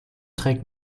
trägt